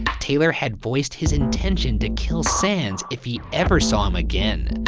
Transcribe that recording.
taylor had voiced his intention to skill sands if he ever saw him again.